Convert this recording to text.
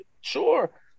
Sure